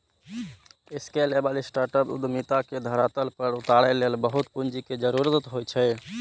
scalable startup उद्यमिता के धरातल पर उतारै लेल बहुत पूंजी के जरूरत होइ छै